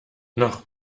noch